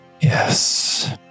Yes